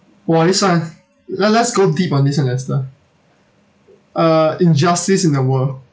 !wah! this one le~ let's go deep on this one lester uh injustice in the world